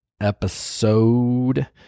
episode